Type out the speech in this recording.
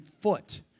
foot